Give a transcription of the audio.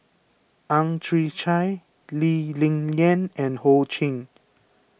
Ang Chwee Chai Lee Ling Yen and Ho Ching